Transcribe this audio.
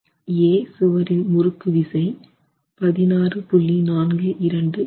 A சுவரின் முறுக்கு விசை 16